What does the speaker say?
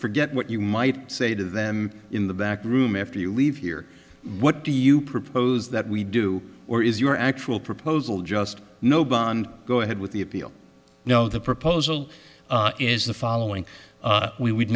forget what you might say to them in the back room after you leave here what do you propose that we do or is your actual proposal just no bond go ahead with the appeal no the proposal is the following